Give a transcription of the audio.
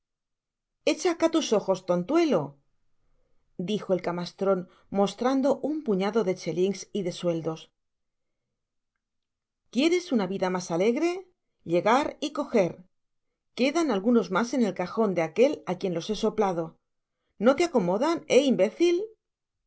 hecha acá tus ojos tontuelo dijo el camastron mostrando un puñado de chelings y de sueldos quieres una vida mas alegre llegar y coger i quedan algunos mas en el cajon de aquel á quien los he soplado no te acomodan he imbécil